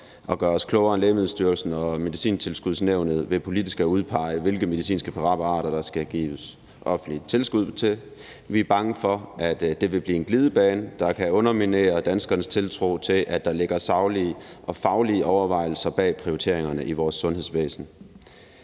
at gøre os klogere end Lægemiddelstyrelsen og Medicintilskudsnævnet ved politisk at udpege, hvilke medicinske præparater der skal gives offentligt tilskud til. Vi er bange for, at det vil blive en glidebane, der kan underminere danskernes tiltro til, at der ligger saglige og faglige overvejelser bag prioriteringerne i vores sundhedsvæsen.